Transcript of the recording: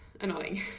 annoying